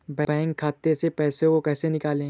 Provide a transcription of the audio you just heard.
Bank खाते से पैसे को कैसे निकालें?